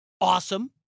awesome